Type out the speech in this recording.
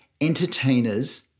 entertainers